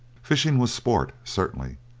fishing was sport, certainly,